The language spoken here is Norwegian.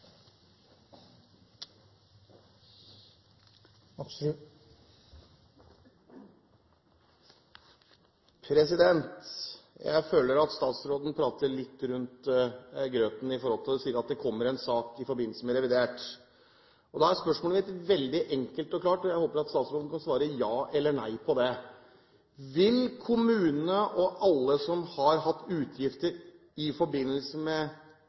replikkordskifte. Jeg føler at statsråden prater litt rundt grøten når hun sier at det kommer en sak i forbindelse med revidert. Da er spørsmålet mitt veldig enkelt og klart, og jeg håper at statsråden kan svare ja eller nei på det: Vil kommunene og alle som har hatt ugifter i forbindelse med